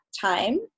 time